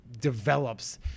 develops